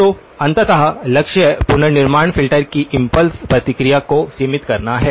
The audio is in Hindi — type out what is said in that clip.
तो अंततः लक्ष्य पुनर्निर्माण फिल्टर की इम्पल्स प्रतिक्रिया को सीमित करना है